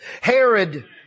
Herod